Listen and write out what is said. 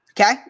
Okay